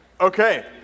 Okay